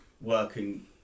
working